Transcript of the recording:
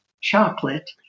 Chocolate